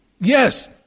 yes